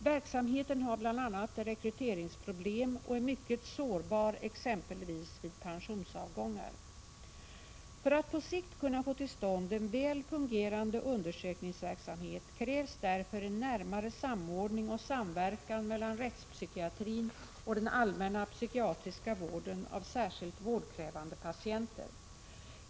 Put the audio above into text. Verksamheten har bl.a. rekryteringsproblem och är mycket sårbar exempelvis vid pensionsavgångar. För att på sikt kunna få till stånd en väl fungerande undersökningsverksamhet krävs därför en närmare samordning och samverkan mellan rättspsykiatrin och den allmänna psykiatriska vården av särskilt vårdkrävande patienter.